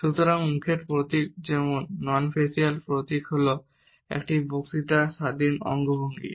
সুতরাং মুখের প্রতীক যেমন নন ফেসিয়াল প্রতীক হল একটি বক্তৃতা স্বাধীন অঙ্গভঙ্গি